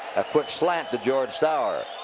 a quick slant to george sauer.